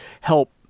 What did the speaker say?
help